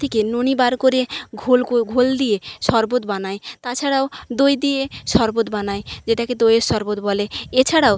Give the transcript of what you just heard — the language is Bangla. থিকে ননী বার করে ঘোল করে ঘোল দিয়ে সরবত বানাই তাছাড়াও দই দিয়ে সরবত বানাই যেটাকে দইয়ের সরবত বলে এছাড়াও